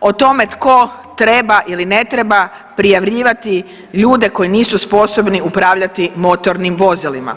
o tome tko treba ili ne treba prijavljivati ljude koji nisu sposobni upravljati motornim vozilima.